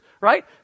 right